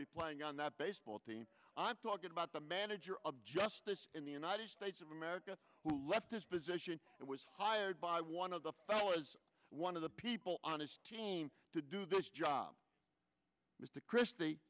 be playing on that baseball team i'm talking about the manager of justice in the united states of america who left this position that was hired by one of the fellows one of the people on his team to do this job was to christie